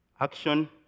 action